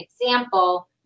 example